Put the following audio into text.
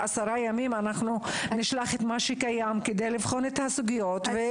עשרה ימים תשלחו את מה שקים כדי לבחון את הסוגיות.